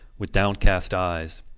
with downcast eyes.